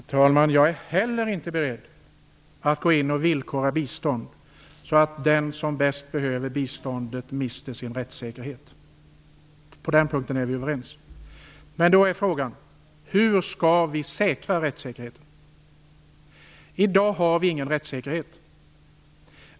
Fru talman! Inte heller jag är beredd att villkora bistånd, så att den som bäst behöver biståndet mister sin rättssäkerhet. På den punkten är vi överens. Men frågan är då: Hur skall vi trygga rättssäkerheten? I dag har vi ingen rättssäkerhet.